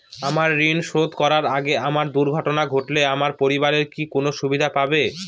আমার ঋণ শোধ করার আগে আমার দুর্ঘটনা ঘটলে আমার পরিবার কি কোনো সুবিধে পাবে?